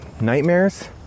nightmares